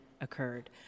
occurred